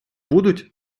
будуть